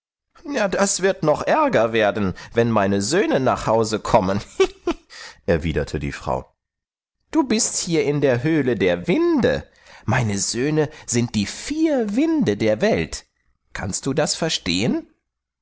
nieder das wird noch ärger werden wenn meine söhne nach hause kommen erwiderte die frau du bist hier in der höhle der winde meine söhne sind die vier winde der welt kannst du das verstehen